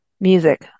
Music